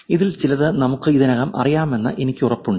ഇതിൽ ചിലത് നമുക്ക് ഇതിനകം അറിയാമെന്ന് എനിക്ക് ഉറപ്പുണ്ട്